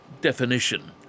definition